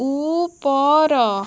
ଉପର